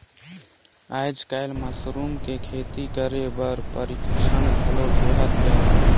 आयज कायल मसरूम के खेती करे बर परिक्छन घलो देहत हे